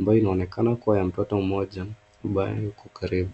ambayo inaonekana kuwa ya mtoto mmoja ambaye yuko karibu.